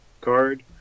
card